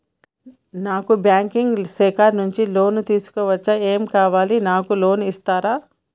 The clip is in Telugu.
నాకు బ్యాంకింగ్ సెక్టార్ నుంచి లోన్ తీసుకోవచ్చా? ఏమేం కావాలి? నాకు లోన్ ఇస్తారా?